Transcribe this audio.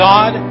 God